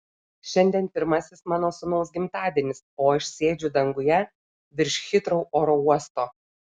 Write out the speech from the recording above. šiandien pirmasis mano sūnaus gimtadienis o aš sėdžiu danguje virš hitrou oro uosto